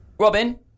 Robin